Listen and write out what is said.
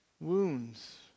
wounds